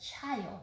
child